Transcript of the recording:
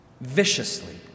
viciously